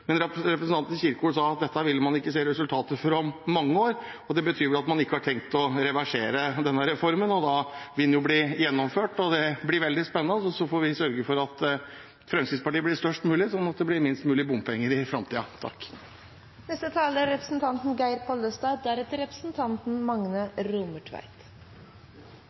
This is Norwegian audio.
Men representanten Kjerkol sa at dette ville man ikke se resultatet av før om mange år, og det betyr vel at man ikke har tenkt å reversere denne reformen. Da vil den jo bli gjennomført, og det blir veldig spennende. Så får vi sørge for at Fremskrittspartiet blir størst mulig, så det blir minst mulig bompenger i fremtiden. Først til representanten